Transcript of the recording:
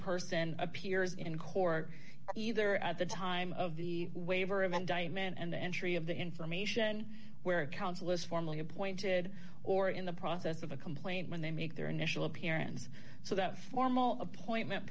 person appears in court either at the time of the waiver of indictment and the entry of the information where counsel is formally appointed or in the process of a complaint when they make their initial appearance so that formal appointment